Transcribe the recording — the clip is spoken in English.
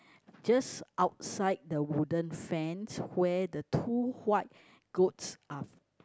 just outside the wooden fence where the two white goats are